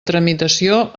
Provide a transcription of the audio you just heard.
tramitació